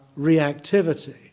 reactivity